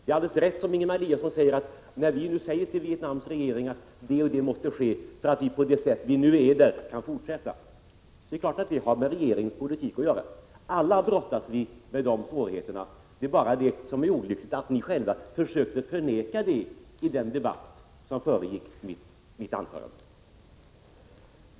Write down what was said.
Det är riktigt, som Ingemar Eliasson säger, att det är ett inslag i regeringens politik att vi framhåller för Vietnams regering att förutsättningen för att vi skall fortsätta med vårt bistånd i Vietnam på det sätt som nu sker är att vissa åtgärder vidtas. Alla brottas vi med de här svårigheterna, men det olyckliga var att ni själva försökte förneka det i den debatt som föregick mitt anförande.